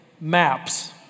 maps